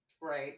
Right